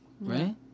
Right